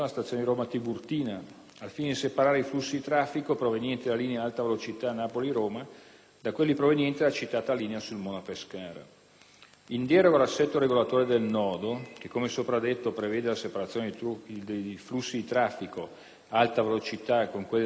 al fine di separare i flussi di traffico provenienti dalla linea Alta velocità Napoli-Roma da quelli provenienti dalla citata linea Sulmona-Pescara. In deroga all'assetto regolatore del nodo, che, come sopra detto, prevede la separazione dei flussi di traffico Alta velocità con quelli della linea da Pescara,